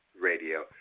radio –